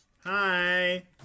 Hi